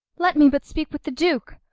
let me but speak with the duke.